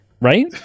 right